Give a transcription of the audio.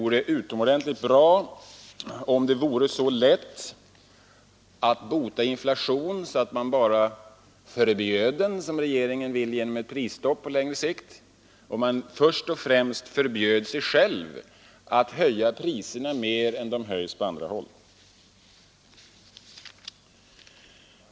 Om det vore så lätt att bota inflation att man bara behövde förbjuda den, som regeringen vill göra, genom ett prisstopp, vore det bra om man först och främst förbjöd sig själv att höja priserna mer än de höjs på andra håll.